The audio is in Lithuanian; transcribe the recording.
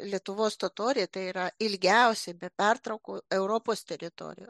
lietuvos totoriai tai yra ilgiausiai be pertraukų europos teritorijoje